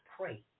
pray